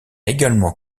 également